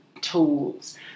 tools